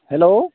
hello